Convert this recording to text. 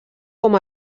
com